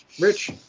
Rich